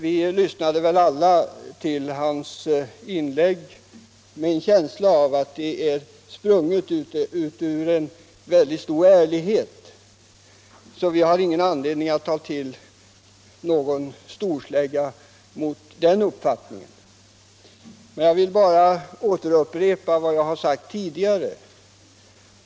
Vi lyssnade väl alla till hans inlägg med en känsla av att det var sprunget ur en väldigt stor ärlighet. Vi har därför ingen anledning att ta till någon storslägga mot hans uppfattning. Men jag vill upprepa vad jag har sagt tidigare.